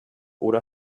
oder